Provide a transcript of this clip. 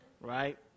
right